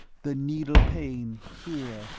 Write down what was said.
the needle pain, here,